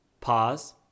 pause